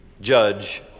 judge